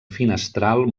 finestral